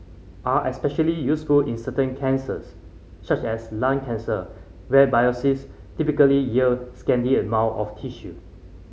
are especially useful in certain cancers such as lung cancer where typically yield scanty amount of tissue